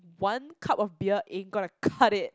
one cup of beer ain't gonna cut it